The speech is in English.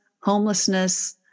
homelessness